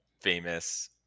famous